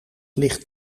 ligt